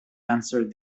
answered